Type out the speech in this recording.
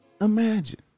imagine